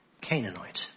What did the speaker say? Canaanite